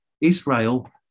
israel